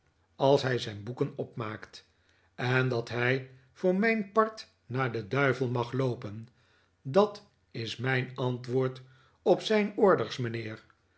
als hij zijn boeken opmaakt en dat hij voor mijn part naar den duivel mag loopen dat is mijn antwoord op zijn orders mijnheer